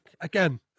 again